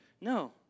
No